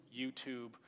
YouTube